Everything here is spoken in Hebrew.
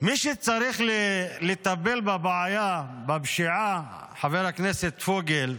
מי שצריך לטפל בבעיה, בפשיעה, חבר הכנסת פוגל,